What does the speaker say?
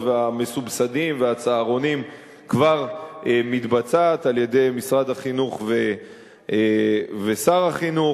המסובסדים והצהרונים מתבצעת על-ידי משרד החינוך ושר החינוך,